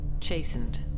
Chastened